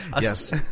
Yes